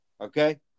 Okay